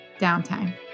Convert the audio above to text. Downtime